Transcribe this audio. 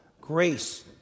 grace